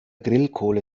grillkohle